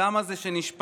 הדם הזה שנשפך,